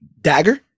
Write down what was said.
Dagger